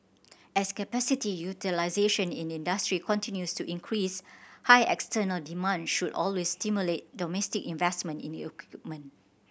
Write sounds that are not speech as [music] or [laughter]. as capacity utilisation in industry continues to increase high external demand should always stimulate domestic investment in [unintelligible]